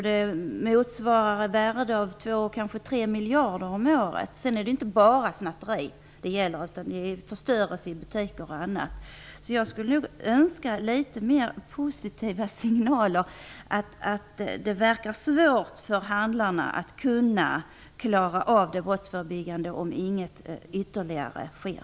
Det motsvarar ett värde av 2-3 miljarder kronor om året. Sedan gäller det inte bara snatterier utan även förstörelser i butiker och annat. Jag skulle nog önska litet mer positiva signaler. Det verkar svårt för handlarna att klara av det brottsförebyggande arbetet om inget ytterligare sker.